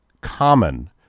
common